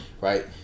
right